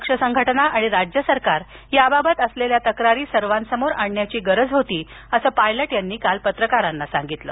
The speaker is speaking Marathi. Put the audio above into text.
पक्ष संघटना आणि राज्य सरकार याबाबत असलेल्या तक्रारी सर्वांसमोर आणण्याची गरज होती असं पायलट यांनी काल पत्रकारांशी बोलताना सांगितलं